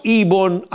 ibon